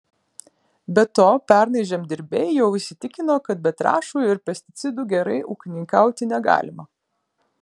be to pernai žemdirbiai jau įsitikino kad be trąšų ir pesticidų gerai ūkininkauti negalima